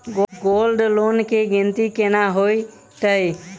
Gold loan केँ गिनती केना होइ हय?